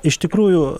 iš tikrųjų